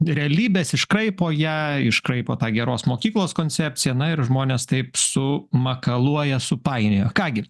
realybės iškraipo ją iškraipo tą geros mokyklos koncepciją na ir žmonės taip sumakaluoja supainioja ką gi